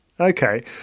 Okay